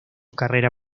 carrera